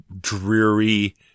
dreary